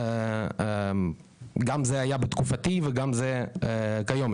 גם זה היה בתקופתי וגם זה כיום.